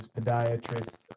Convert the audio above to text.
podiatrists